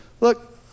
Look